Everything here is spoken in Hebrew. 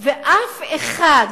ואף אחד,